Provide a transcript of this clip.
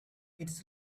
its